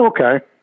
okay